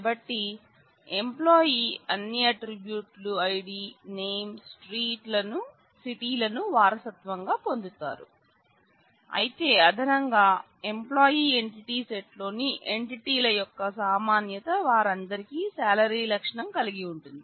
కాబట్టి ఎంప్లాయి లను వారసత్వంగా పొందుతారు అయితే అదనంగా ఎంప్లాయి ఎంటిటీ సెట్లోని ఎంటిటీల యొక్క సామాన్యత వారందరికీ శాలరీ లక్షణం కలిగి ఉంటుంది